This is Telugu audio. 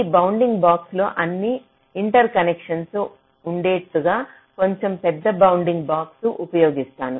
ఈ బౌండింగ్ బాక్స్ లో అన్ని ఇంటర్ కనెక్షన్లు ఉండేట్టుగా కొంచెం పెద్ద బౌండింగ్ బాక్స్ను ఉపయోగిస్తున్నాను